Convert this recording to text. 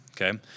Okay